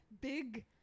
Big